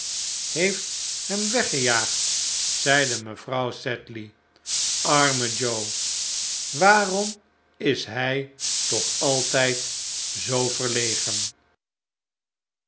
heeft hem weggejaagd zeide mevrouw sedley arme joe waarom is hij toch altijd zoo verlegen